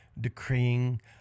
decreeing